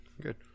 Good